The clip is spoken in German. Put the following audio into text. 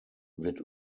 wird